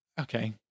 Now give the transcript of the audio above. Okay